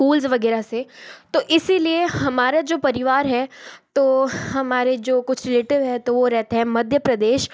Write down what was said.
schools वगैरह से तो इसीलिए हमारा जो परिवार है तो हमारे जो कुछ रिलेटिव है तो वो हो रहते हैं मध्य प्रदेश